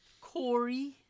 Corey